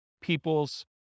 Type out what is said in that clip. people's